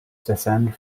descend